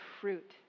fruit